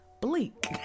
bleak